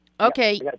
Okay